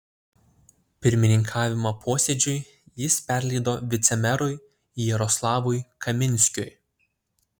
pirmininkavimą posėdžiui jis perleido vicemerui jaroslavui kaminskiui